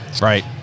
Right